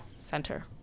Center